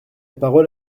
parole